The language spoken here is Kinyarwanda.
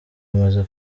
amaze